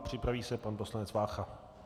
Připraví se pan poslanec Vácha.